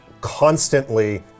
constantly